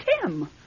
Tim